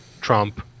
Trump